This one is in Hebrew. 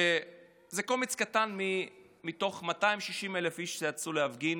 שזה קומץ קטן מתוך 260,000 איש שיצאו להפגין.